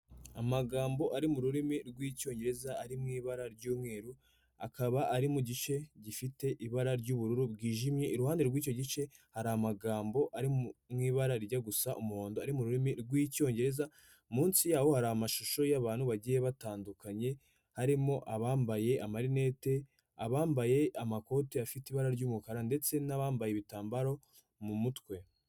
Amagambo ari mu rurimi rw'icyongereza ari mu ibara ry'umweru akaba ari mu gice gifite ibara ry'ubururu bwijimye iruhande rw'icyo gice hari amagambo ari mu ibara rijya gusa umuhondo ari mu rurimi rw'icyongereza munsi yaho hari amashusho y’abantu bagiye batandukanye harimo abambaye amarinete abambaye amakoti afite ibara ry'umukara ndetse n'abambaye ibitambaro mu mutwe.